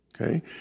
Okay